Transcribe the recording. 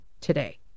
today